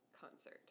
concert